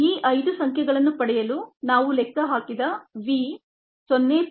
ಈ 5 ಸಂಖ್ಯೆಗಳನ್ನು ಪಡೆಯಲು ನಾವು ಲೆಕ್ಕ ಹಾಕಿದ v 0